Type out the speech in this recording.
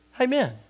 Amen